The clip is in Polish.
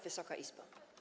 Wysoka Izbo!